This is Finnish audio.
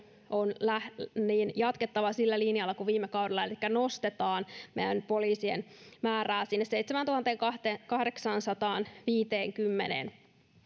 on jatkettava sillä linjalla kuin viime kaudella elikkä nostetaan meidän poliisiemme määrää sinne seitsemääntuhanteenkahdeksaansataanviiteenkymmeneen